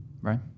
Right